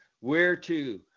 whereto